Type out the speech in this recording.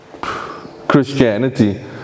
Christianity